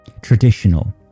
traditional